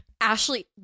Ashley